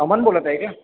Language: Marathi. अमन बोलत आहे का